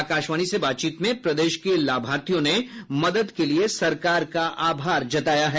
आकाशवाणी से बातचीत में प्रदेश के लाभार्थियों ने मदद के लिए सरकार का आभार जताया है